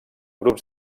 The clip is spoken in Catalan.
grups